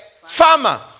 farmer